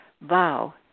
vow